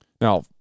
Now